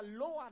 lower